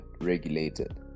regulated